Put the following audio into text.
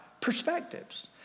perspectives